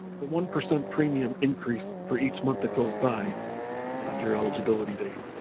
a one percent premium increase for each month that goes by beyond your eligibility date.